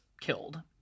killed